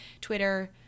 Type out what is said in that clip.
twitter